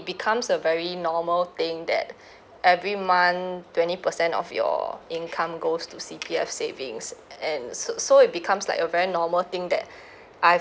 becomes a very normal thing that every month twenty percent of your income goes to C_P_F savings and so so it becomes like a very normal thing that I've